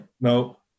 No